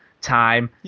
time